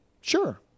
Sure